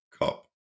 cup